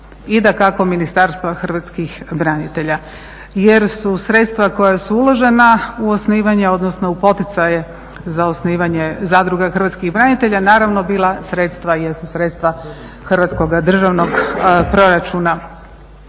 dakako Ministarstva hrvatskih branitelja jer su sredstva koja su uložena u osnivanje odnosno u poticaje za osnivanje zadruga hrvatskih branitelja naravno bila sredstva i jesu sredstva hrvatskoga državnog proračuna.